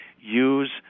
use